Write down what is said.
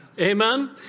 Amen